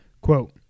Quote